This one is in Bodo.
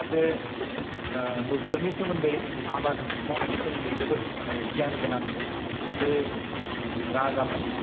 सासे बोथोरनि सोमोन्दै आबाद मावनायनि सोमोन्दै जोबोद मानि गियान गोनां सासे राजामोन